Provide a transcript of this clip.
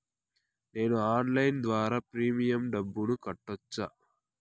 నేను ఆన్లైన్ ద్వారా ప్రీమియం డబ్బును కట్టొచ్చా?